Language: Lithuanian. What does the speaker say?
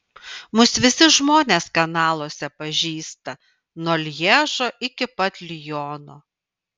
mus visi žmonės kanaluose pažįsta nuo lježo iki pat liono